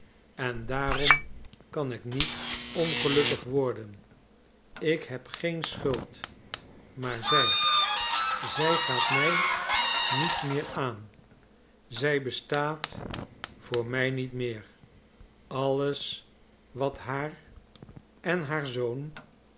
en daarom kan ik niet ongelukkig worden ik heb geen schuld maar zij zij gaat mij niets meer aan zij bestaat voor mij niet meer alles wat haar en haar zoon